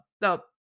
Now